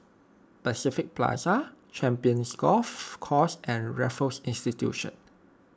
Pacific Plaza Champions Golf Course and Raffles Institution